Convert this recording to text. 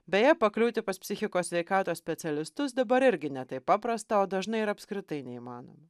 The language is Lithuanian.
beje pakliūti pas psichikos sveikatos specialistus dabar irgi ne taip paprasta o dažnai ir apskritai neįmanoma